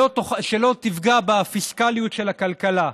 שלא תפגע בפיסקליות של הכלכלה.